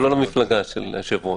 אבל לא למפלגה של היושב-ראש.